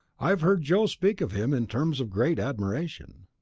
i have heard joe speak of him in terms of great admiration.